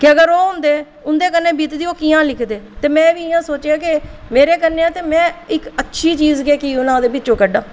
के अगर ओह् होंदे उं'दे कन्नै बीती दी होंदी ते ओह् कि'यां लिखदे ते में बी इ'यां सोचेआ कि मेरे कन्नै ऐ ते में इक्क अच्छी चीज़ गै क्यों नां ओह्दे बिच्चू कड्ढां